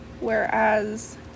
whereas